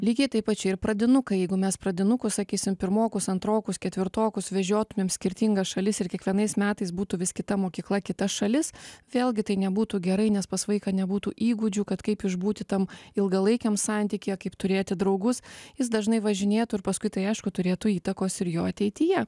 lygiai taip pat čia ir pradinukai jeigu mes pradinukų sakysim pirmokus antrokus ketvirtokus vežiotumėm įskirtingas šalis ir kiekvienais metais būtų vis kita mokykla kita šalis vėlgi tai nebūtų gerai nes pas vaiką nebūtų įgūdžių kad kaip išbūti tam ilgalaikiam santykyje kaip turėti draugus jis dažnai važinėtų ir paskui tai aišku turėtų įtakos ir jo ateityje